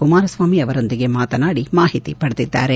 ಕುಮಾರ ಸ್ವಾಮಿ ಅವರೊಂದಿಗೆ ಮಾತನಾಡಿ ಮಾಹಿತಿ ಪಡೆದಿದ್ದಾರೆ